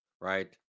right